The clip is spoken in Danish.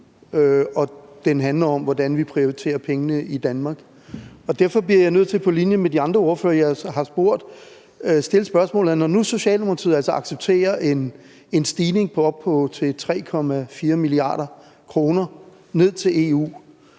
den handler om, hvordan vi prioriterer pengene i Danmark. Derfor bliver jeg nødt til, ligesom jeg har spurgt de andre ordførere, at stille spørgsmålet: Når nu Socialdemokratiet altså accepterer en stigning på 3,4 mia. kr., der sendes ned til EU,